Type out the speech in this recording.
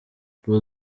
bull